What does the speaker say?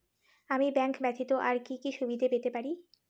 আমি ব্যাংক ব্যথিত আর কি কি সুবিধে পেতে পারি?